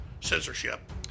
censorship